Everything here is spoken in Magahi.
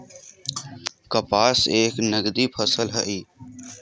कपास एक नगदी फसल हई